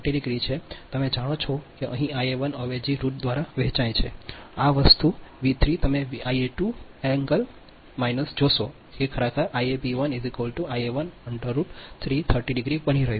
તમે જાણો છો કે અહીં Ia1 અવેજી રુટ દ્વારા વહેંચાય છે આ વસ્તુ v3 તમે Ia2 L જોશો કે આ ખરેખર Iabl1 Ia1 3 30° બની રહ્યું છે